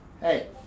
Hey